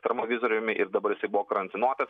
termovizoriumi ir dabar jisai buvo karantinuotas